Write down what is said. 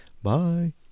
Bye